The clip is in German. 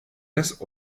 des